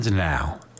Now